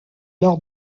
lors